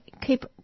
keep